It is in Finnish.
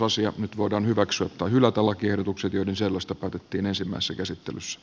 nyt voidaan hyväksyä tai hylätä lakiehdotukset joiden selusta pienensimmässä käsittelyssä